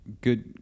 good